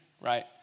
right